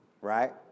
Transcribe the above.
right